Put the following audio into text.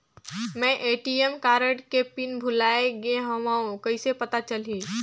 मैं ATM card के pin भुलाए गे हववं कइसे पता चलही?